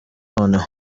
noneho